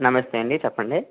నమస్తే అండి చెప్పండి